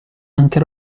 anche